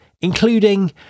including